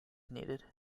needed